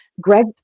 Greg